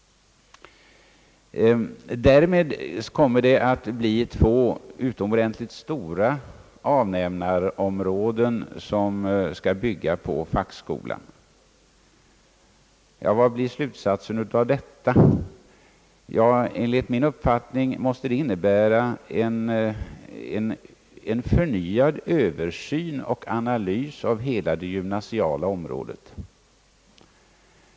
Två utomordentligt stora avnämarområden kommer därmed att knytas till fackskolan. Vad blir slutsatsen av detta? Ja, enligt min uppfattning måste det leda till en förnyad översyn och analys av hela det gymnasiala området.